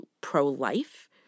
pro-life